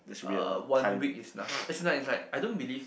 uh one week is enough as in like like I don't believe like